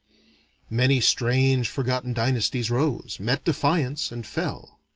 many strange forgotten dynasties rose, met defiance, and fell.